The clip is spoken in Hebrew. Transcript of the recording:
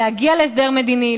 להגיע להסדר מדיני,